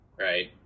right